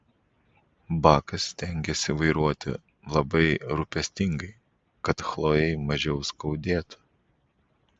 bakas stengėsi vairuoti labai rūpestingai kad chlojei mažiau skaudėtų